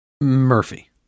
Murphy